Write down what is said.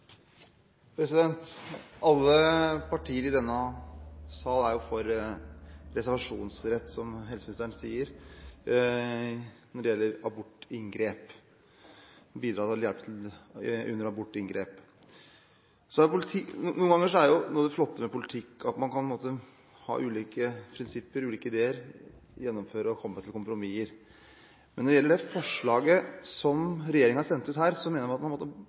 for reservasjonsrett når det gjelder å bidra eller hjelpe til under abortinngrep, som helseministeren sier. Noe av det flotte med politikk er at man kan ha ulike prinsipper og ulike ideer, men likevel gjennomføre og komme til kompromisser. Men når det gjelder det forslaget som regjeringen har sendt ut på høring her, mener jeg at man